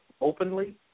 openly